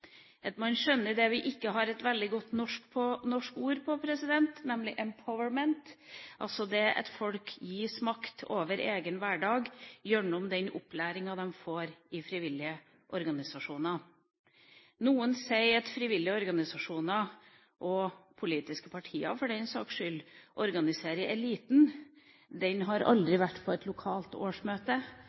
at man skjønner det vi ikke har et veldig godt norsk ord for, nemlig «empowerment» – det at folk gis makt over egen hverdag gjennom den opplæringa de får i frivillige organisasjoner. Noen sier at frivillige organisasjoner og politiske partier, for den saks skyld, organiserer eliten. De har aldri vært på et lokalt årsmøte.